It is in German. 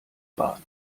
bahn